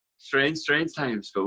strange, strange times so